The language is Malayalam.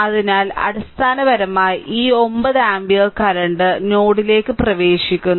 അതിനാൽ അടിസ്ഥാനപരമായി ഈ 9 ആമ്പിയർ കറന്റ് നോഡിലേക്ക് പ്രവേശിക്കുന്നു